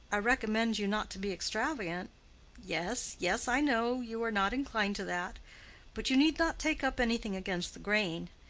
i recommend you not to be extravagant yes, yes, i know you are not inclined to that but you need not take up anything against the grain.